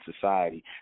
society